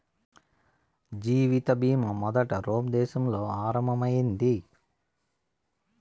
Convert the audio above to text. జీవిత బీమా మొదట రోమ్ దేశంలో ఆరంభం అయింది